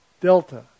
delta